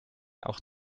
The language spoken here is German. auch